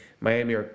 Miami